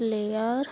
flair